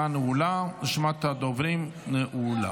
רשימת הדוברים נעולה.